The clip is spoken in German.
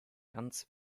ganz